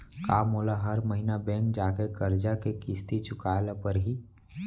का मोला हर महीना बैंक जाके करजा के किस्ती चुकाए ल परहि?